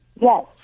Yes